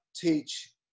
teach